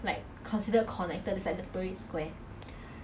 continuously just run and run and run until twenty rounds lah because it's like